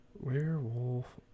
Werewolf